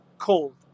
cold